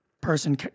person